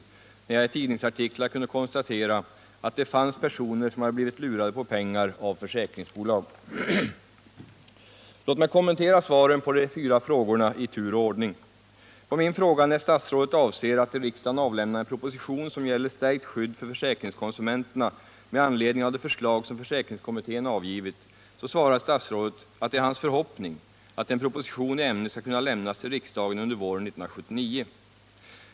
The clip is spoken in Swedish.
Efter att ha läst tidningsartiklar kunde jag konstatera att det fanns personer som blivit lurade på pengar av försäkringsbolag. Låt mig i tur och ordning kommentera svaren på de fyra frågorna. På min fråga när statsrådet avser att till riksdagen avlämna en proposition som gäller stärkt skydd för försäkringskonsumenterna med anledning av det förslag som försäkringskommittén avgivit svarar statsrådet att det är hans förhoppning att en proposition i ämnet skall kunna lämnas till riksdagen under våren 1979.